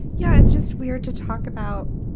yeah it's just weird to talk about